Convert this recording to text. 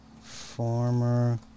Former